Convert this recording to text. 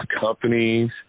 companies